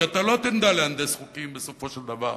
כי אתה לא תדע להנדס חוקים בסופו של דבר,